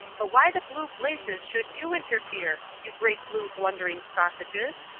but why the blue blazes should you interfere, you great blue blundering sausages?